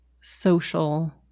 social